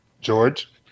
George